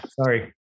sorry